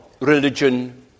religion